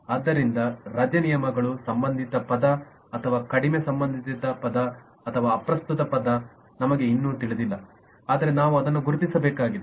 ಆದ್ದರಿಂದ ರಜೆ ನಿಯಮಗಳು ಸಂಬಂಧಿತ ಪದ ಅಥವಾ ಕಡಿಮೆ ಸಂಬಂಧಿತ ಪದ ಅಥವಾ ಅಪ್ರಸ್ತುತ ಪದ ನಮಗೆ ಇನ್ನೂ ತಿಳಿದಿಲ್ಲ ಆದರೆ ನಾವು ಅದನ್ನು ಗುರುತಿಸಬೇಕಾಗಿದೆ